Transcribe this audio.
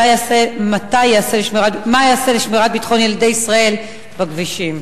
2. מה ייעשה לשמירת ביטחון ילדי ישראל בכבישים?